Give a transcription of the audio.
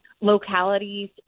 localities